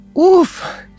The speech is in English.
Oof